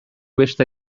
beste